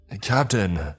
Captain